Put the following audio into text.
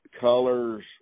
colors